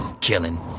Killing